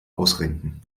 ausrenken